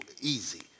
easy